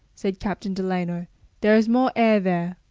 said captain delano there is more air there.